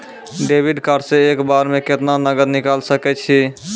Debit card से एक बार मे केतना नगद निकाल सके छी?